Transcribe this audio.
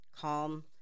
calm